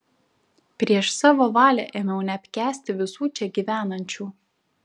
prieš savo valią ėmiau neapkęsti visų čia gyvenančių